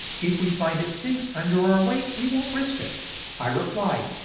if we find it sinks under our weight we won't risk it i replied,